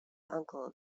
uncle